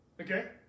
Okay